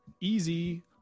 easy